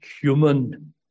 human